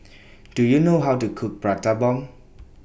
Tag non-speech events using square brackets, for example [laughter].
[noise] Do YOU know How to Cook Prata Bomb